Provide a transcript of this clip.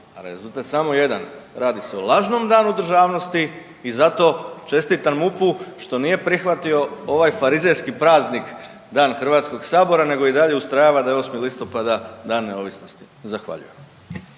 rezultat je samo jedan, radi se o lažnom danu državnosti i zato čestitam MUP-u što nije prihvatio ovaj farizejski praznik Dan HS-a nego i dalje ustrajava da je 8. listopada Dan neovisnosti. Zahvaljujem.